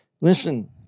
Listen